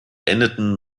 endeten